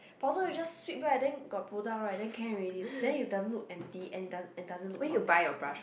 powder you just sweep right then got product right then can already then you doesn't look empty and it doesn't doesn't look not natural